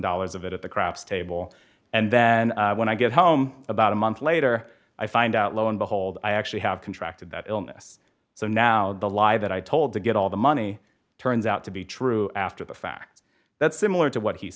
dollars of it at the craps table and then when i get home about a month later i find out lo and behold i actually have contracted that illness so now the lie that i told to get all the money turns out to be true after the fact that's similar to what he's